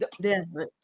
desert